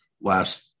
last